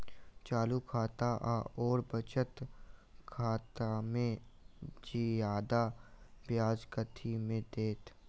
चालू खाता आओर बचत खातामे जियादा ब्याज कथी मे दैत?